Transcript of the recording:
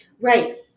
Right